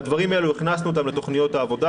את הדברים האלה הכנסנו לתוכניות העבודה,